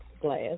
glass